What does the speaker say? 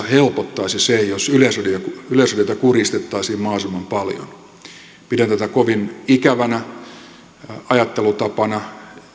helpottaisi se jos yleisradiota kurjistettaisiin mahdollisimman paljon pidän tätä kovin ikävänä ajattelutapana